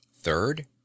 third